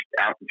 out